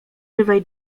żywej